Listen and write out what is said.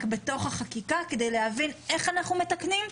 בתוך החקיקה כדי להבין איך אנחנו מתקנים,